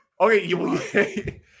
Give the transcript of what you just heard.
Okay